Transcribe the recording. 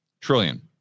trillion